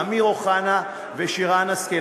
אמיר אוחנה ושרן השכל,